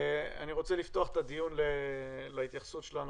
אני רוצה לפתוח את הדיון להתייחסות של הנוכחים.